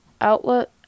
outlet